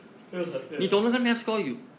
ya ya